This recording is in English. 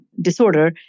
disorder